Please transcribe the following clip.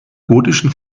gotischen